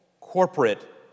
corporate